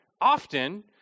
often